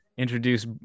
introduce